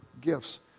gifts